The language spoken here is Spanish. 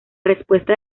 respuesta